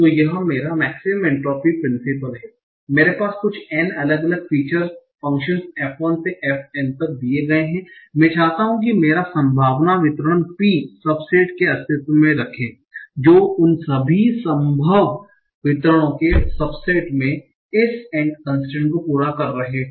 तो यह मेरा मेक्सिमम एन्ट्रापी प्रिंसिपल है मेरे पास कुछ n अलग अलग फ़ीचर फ़ंक्शन f 1 से f n तक दिए गए हैं मैं चाहता हूं कि मेरा संभावना वितरण P सबसेट मे अस्तित्व रखे जो उन सभी संभव वितरणों के सबसेट में इस कन्स्ट्रेन्ट को पूरा करने वाले हो